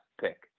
pick